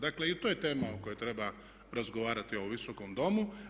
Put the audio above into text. Dakle, to je tema o kojoj treba razgovarati u ovom Visokom domu.